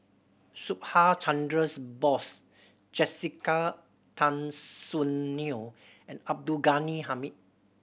Subhas Chandra Bose Jessica Tan Soon Neo and Abdul Ghani Hamid